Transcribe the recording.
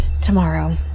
tomorrow